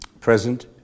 present